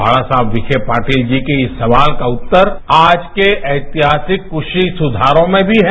बालासाहेब विखे पाटिल के इस सवाल का उत्तर आज के ऐतिहासिक कृषि सुधारों में भी है